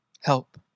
Help